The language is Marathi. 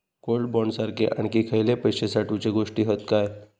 गोल्ड बॉण्ड सारखे आणखी खयले पैशे साठवूचे गोष्टी हत काय?